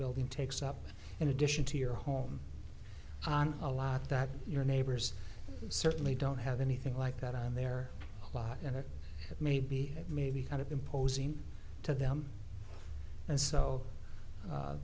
building takes up in addition to your home on a lot that your neighbors certainly don't have anything like that on their lot and it may be maybe kind of imposing to them and so